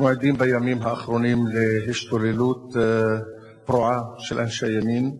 אנחנו עדים בימים האחרונים להשתוללות פרועה של אנשי ימין,